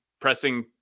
pressing